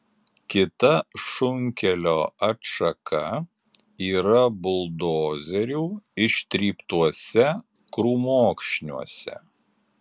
kita šunkelio atšaka yra buldozerių ištryptuose krūmokšniuose